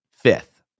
fifth